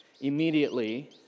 Immediately